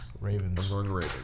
Ravens